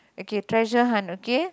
okay treasure hunt okay